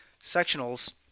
Sectionals